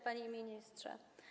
Panie Ministrze!